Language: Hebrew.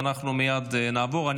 אנחנו מייד נעבור להצבעה.